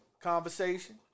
conversation